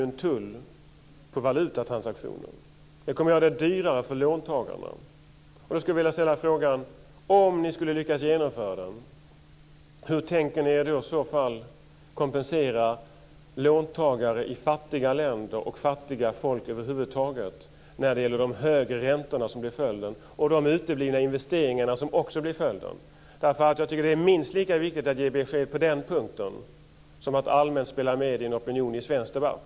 Den kommer att göra det dyrare för låntagarna. Hur tänker ni, om ni skulle lyckas genomföra den, kompensera låntagare i fattiga länder och fattiga folk över huvud taget när det gäller de högre räntor som blir följden och de uteblivna investeringar som också blir följden? Jag tycker att det är minst lika viktigt att ge besked på den punkten som att allmänt spela med en opinion i en svensk debatt.